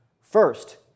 First